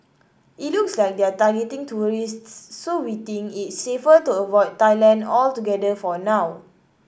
it looks like they're targeting tourists so we think it's safer to avoid Thailand altogether for now